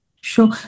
Sure